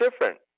different